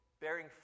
bearing